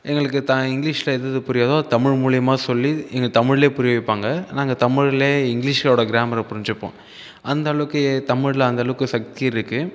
எங்களுக்கு த இங்கிலீஷில் எது எது புரியாதோ அது தமிழ் மூலமா சொல்லி எங்களுக்கு தமிழ்லேயே புரிய வைப்பாங்க நாங்கள் தமிழ்லேயே இங்கிலீஷோடய க்ராம்மரை புரிஞ்சுப்போம் அந்த அளவுக்கு தமிழில் அந்த அளவுக்கு சக்தி இருக்குது